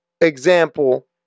example